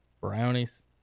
Brownies